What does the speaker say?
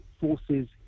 forces